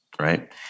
Right